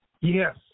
Yes